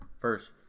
first